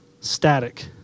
static